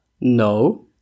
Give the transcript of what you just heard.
No